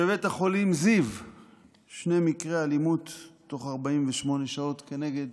בבית החולים זיו שני מקרי אלימות תוך 48 שעות כנגד